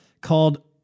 called